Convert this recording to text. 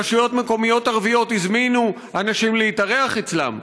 רשויות מקומיות ערביות הזמינו אנשים להתארח אצלם.